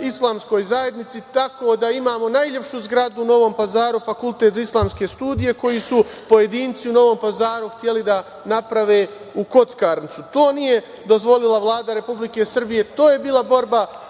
Islamskoj zajednici, tako da imamo najlepšu zgradu u Novom Pazaru, Fakultet za islamske studije, koju su pojedinci u Novom Pazaru hteli da naprave u kockarnicu. To nije dozvolila Vlada Republike Srbije. To je bila borba